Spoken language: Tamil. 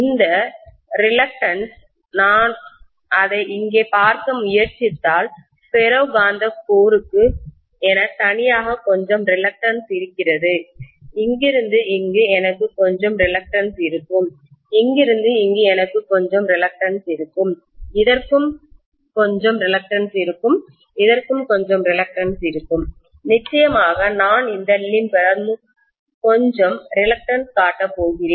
இந்த ரிலக்டன்ஸ் நான் அதை இங்கே பார்க்க முயற்சித்தால் ஃபெரோ காந்த கோருக்கு என தனியாக கொஞ்சம் ரிலக்டன்ஸ் இருக்கிறது இங்கிருந்து இங்கு எனக்கு கொஞ்சம் ரிலக்டன்ஸ் இருக்கும் இங்கிருந்து இங்கு எனக்கு கொஞ்சம் ரிலக்டன்ஸ் இருக்கும் இதற்கு கொஞ்சம் ரிலக்டன்ஸ் இருக்கும் இதற்கு கொஞ்சம் ரிலக்டன்ஸ் இருக்கும் நிச்சயமாக நான் இந்த லிம்ப்மூட்டுக்கு கொஞ்சம் ரிலக்டன்ஸ் காட்டப் போகிறேன்